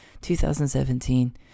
2017